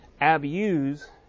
abuse